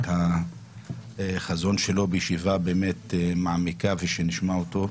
את החזון שלו בישיבה באמת מעמיקה ושנשמע אותו.